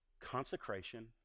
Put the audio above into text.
consecration